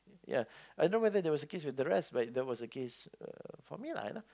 ya I don't know whether there was a case with the rest but that was the case for me lah